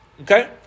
Okay